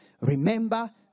Remember